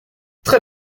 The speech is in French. très